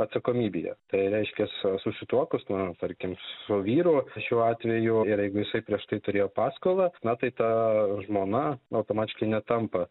atsakomybėje tai reiškias susituokus na tarkim su vyru šiuo atveju ir jeigu jisai prieš tai turėjo paskolą na tai ta žmona automatiškai netampa